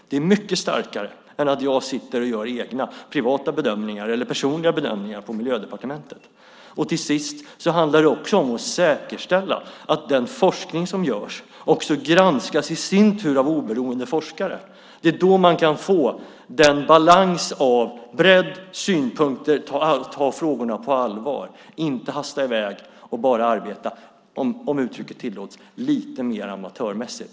Det är mycket starkare än att jag sitter och gör egna, personliga, bedömningar på Miljödepartementet. Slutligen handlar det även om att säkerställa att den forskning som görs i sin tur granskas av oberoende forskare. Det är då man kan få en balans mellan bredd, synpunkter och att frågorna tas på allvar, i stället för att hasta i väg och bara arbeta, om uttrycket tillåts, lite mer amatörmässigt.